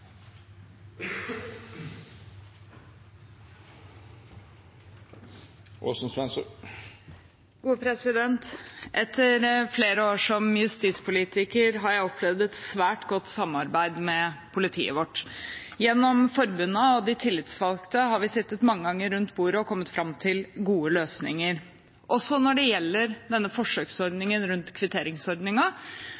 Etter flere år som justispolitiker har jeg opplevd et svært godt samarbeid med politiet vårt. Med forbundene og de tillitsvalgte har vi sittet mange ganger rundt bordet og kommet fram til gode løsninger. Også når det gjelder denne